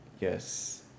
Yes